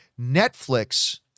Netflix